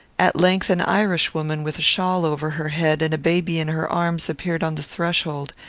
at length an irish woman with a shawl over her head and a baby in her arms appeared on the threshold,